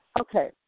Okay